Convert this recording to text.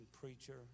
preacher